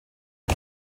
què